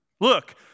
Look